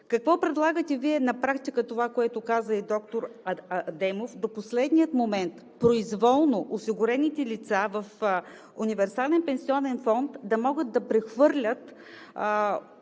Какво предлагате Вие? На практика това, което каза и доктор Адемов, до последния момент произволно осигурените лица в универсален пенсионен фонд да могат да прехвърлят